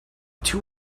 two